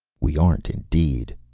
we aren't indeed!